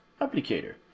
applicator